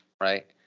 right